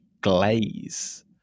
glaze